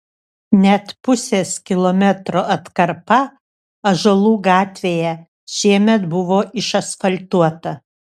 net pusės kilometro atkarpa ąžuolų gatvėje šiemet buvo išasfaltuota